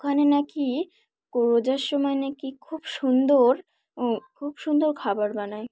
ওখানে নাকি রোজার সময় নাকি খুব সুন্দর খুব সুন্দর খাবার বানাই